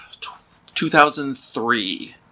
2003